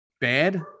bad